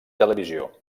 televisió